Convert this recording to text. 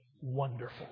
wonderful